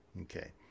Okay